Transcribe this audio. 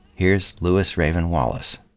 here's lewis raven wallace.